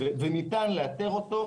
וניתן לאתר אותו,